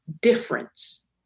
difference